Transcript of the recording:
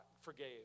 forgave